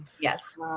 Yes